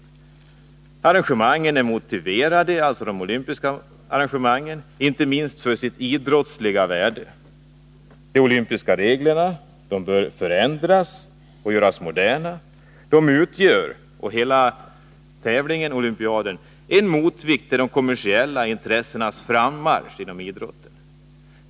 De olympiska arrangemangen är motiverade inte minst för sitt idrottsliga värde. De olympiska reglerna bör förändras och göras moderna. Hela olympiaden utgör en motvikt till de kommersiella intressenas frammarsch inom idrotten.